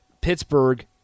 Pittsburgh